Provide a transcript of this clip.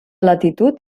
latitud